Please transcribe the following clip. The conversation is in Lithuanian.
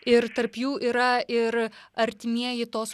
ir tarp jų yra ir artimieji tos